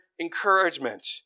encouragement